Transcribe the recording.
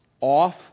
off